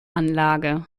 anlage